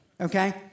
okay